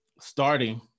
starting